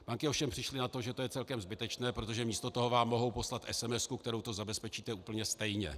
Banky ovšem přišly na to, že to je celkem zbytečné, protože místo toho vám mohou poslat SMS, kterou to zabezpečíte úplně stejně.